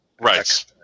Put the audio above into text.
Right